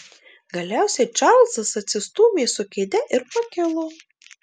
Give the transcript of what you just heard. galiausiai čarlzas atsistūmė su kėde ir pakilo